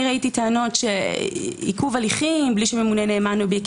אני ראיתי טענות של עיכוב הליכים בלי שיהיה ממומן אובייקטיבי,